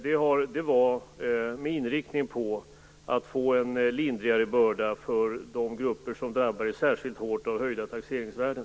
Det skedde med inriktning på att få en lindrigare börda för de grupper som drabbades särskilt hårt av höjda taxeringsvärden.